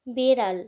বেড়াল